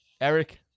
Eric